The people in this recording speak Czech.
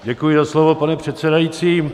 Děkuji za slovo, pane předsedající.